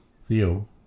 Theo